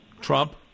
Trump